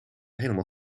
helemaal